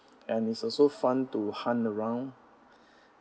and it's also fun to hunt around